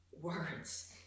words